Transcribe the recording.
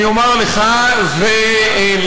אומר לך ולכם,